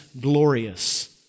glorious